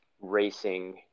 racing